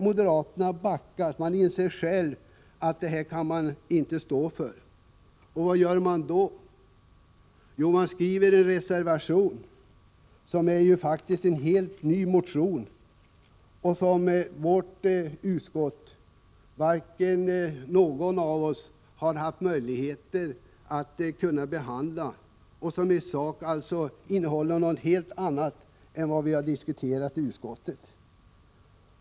Moderaterna inser själva att de inte kan stå för den bostadspolitik de har presenterat. Vad gör de då? Jo, de skriver en reservation som faktiskt innebär en helt ny motion, som ingen av oss i utskottet haft möjlighet att behandla och som i sak innehåller något helt annat än det vi har diskuterat i utskottet.